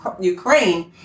Ukraine